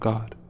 God